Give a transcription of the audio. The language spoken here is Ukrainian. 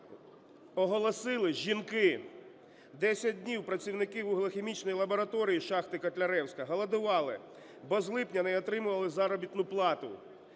оголосили жінки. Десять днів працівники вуглехімічної лабораторії шахти "Котляревська" голодували, бо з липня не отримували заробітну плату.